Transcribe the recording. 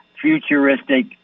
futuristic